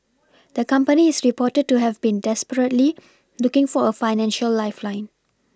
the company is reported to have been desperately looking for a financial lifeline